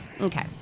Okay